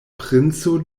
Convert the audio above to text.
princo